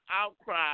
outcry